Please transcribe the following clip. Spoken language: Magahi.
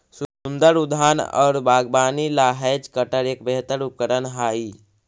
सुन्दर उद्यान और बागवानी ला हैज कटर एक बेहतर उपकरण हाई